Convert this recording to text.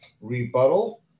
rebuttal